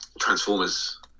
Transformers